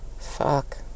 Fuck